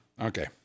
Okay